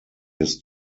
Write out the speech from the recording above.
his